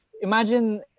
imagine